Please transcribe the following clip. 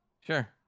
sure